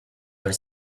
your